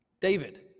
David